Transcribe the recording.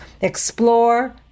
explore